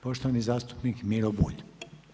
Poštovani zastupnik Miro Bulj.